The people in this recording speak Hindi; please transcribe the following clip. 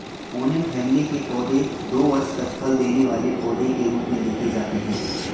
ओनियन फैमिली के पौधे दो वर्ष तक फल देने वाले पौधे के रूप में देखे जाते हैं